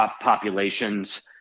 populations